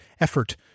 effort